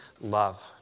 love